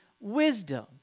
wisdom